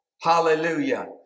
Hallelujah